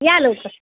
या लवकर